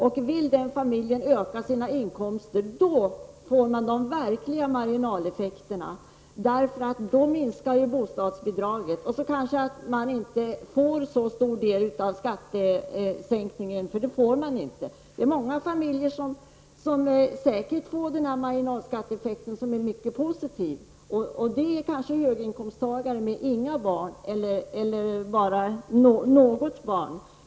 Om en familj vill öka sina inkomster uppstår de verkliga marginaleffekterna, då bostadsbidraget minskar och man inte får så stor del av skattesänkningen. Det är säkert många familjer som får en mycket positiv marginalskatteeffekt, t.ex. höginkomsttagare utan barn eller med bara något barn.